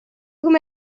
come